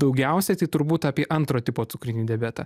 daugiausiai tai turbūt apie antro tipo cukrinį diabetą